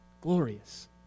Glorious